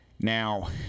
Now